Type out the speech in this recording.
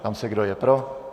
Ptám se, kdo je pro.